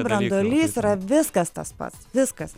branduolys yra viskas tas pats viskas